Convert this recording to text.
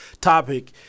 topic